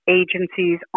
agencies